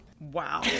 Wow